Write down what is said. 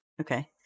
Okay